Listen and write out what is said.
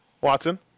Watson